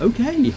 Okay